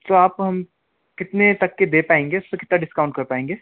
तो आप हम कितने तक के दे पाएंगे उसपे कितना डिस्काउंट कर पाएंगे